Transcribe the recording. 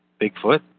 Bigfoot